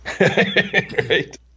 Right